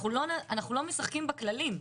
אנחנו לא משחקים בכללים,